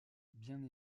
bien